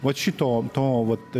vat šito to vat